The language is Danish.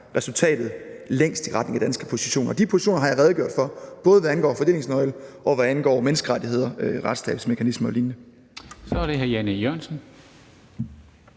resultatet længst i retning af de danske positioner. Og de positioner har jeg redegjort for, både hvad angår fordelingsnøgle, og hvad angår menneskerettigheder, retsstatsmekanismer og lignende. Kl. 14:16 Formanden (Henrik